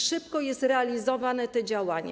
Szybko jest realizowane to działanie.